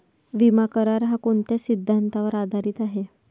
विमा करार, हा कोणत्या सिद्धांतावर आधारीत आहे?